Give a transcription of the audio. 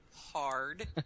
hard